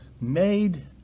made